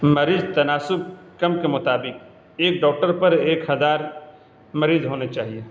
مریض تناسب کم کے مطابق ایک ڈاکٹر پر ایک ہزار مریض ہونے چاہئیں